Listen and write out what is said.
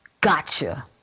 Gotcha